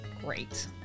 great